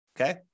okay